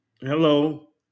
Hello